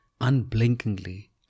unblinkingly